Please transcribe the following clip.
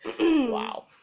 Wow